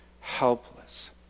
helpless